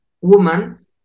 woman